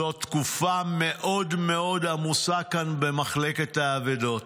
זאת תקופה מאוד מאוד עמוסה כאן במחלקת האבדות.